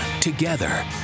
Together